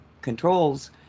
controls